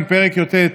2. פרק י"ט,